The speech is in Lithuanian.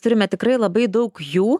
turime tikrai labai daug jų